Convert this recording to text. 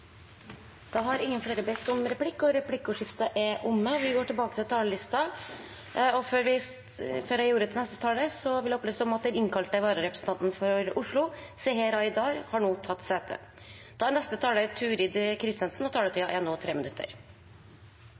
Replikkordskiftet er omme. Før jeg gir ordet til neste taler, vil jeg opplyse om at den innkalte vararepresentanten for Oslo, Seher Aydar , nå har tatt sete. De talerne som heretter får ordet, har en taletid på inntil 3 minutter.